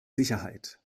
sicherheit